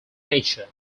nature